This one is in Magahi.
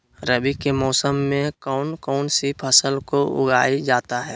रवि के मौसम में कौन कौन सी फसल को उगाई जाता है?